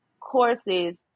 courses